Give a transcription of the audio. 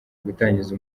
gutangiza